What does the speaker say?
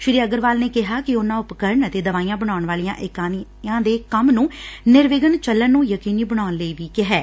ਸ੍ਸੀ ਅਗਰਵਾਲ ਨੇ ਕਿਹਾ ਕਿ ਉਨੂਾਂ ਉਪਰਕਰਨ ਅਤੇ ਦਵਾਈਆਂ ਬਣਾਉਣ ਵਾਲੀਆਂ ਇਕਾਈਆਂ ਦੇ ਕੰਮ ਨੂੰ ਨਿਰਵਿਘਨ ਚੱਲਣ ਨੂੰ ਯਕੀਨੀ ਬਣਾਉਣ ਲਈ ਕਿਹਾ ਗਿਐ